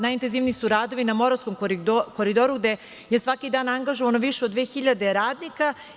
Najintenzivniji su radovi na Moravskom koridoru, gde je svaki dan angažovano više od 2000 radnika.